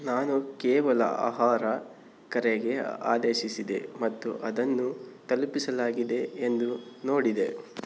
ನಾನು ಕೇವಲ ಆಹಾರ ಕರೆಗೆ ಆದೇಶಿಸಿದೆ ಮತ್ತು ಅದನ್ನು ತಲುಪಿಸಲಾಗಿದೆ ಎಂದು ನೋಡಿದೆ